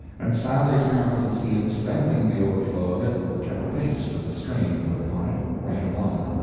and sally's competency in spending the overflow of it kept pace with the strain put upon it, right along.